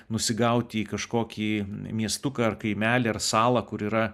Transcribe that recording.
nusigauti į kažkokį miestuką ar kaimelį ar salą kur yra